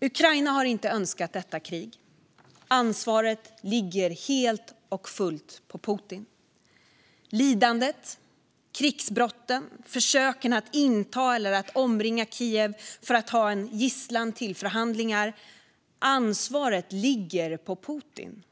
Ukraina har inte önskat detta krig. Ansvaret ligger helt och fullt på Putin. Lidandet, krigsbrotten, försöken att inta eller omringa Kiev för att ta en gisslan till förhandlingar - ansvaret ligger på Putin.